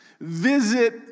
visit